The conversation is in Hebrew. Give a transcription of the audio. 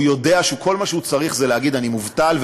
הוא יודע שכל מה שהוא צריך זה להגיד: אני מובטל,